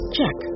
Check